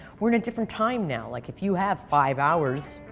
we're in a different time now. like if you have five hours,